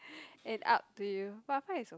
and up to you WiFi is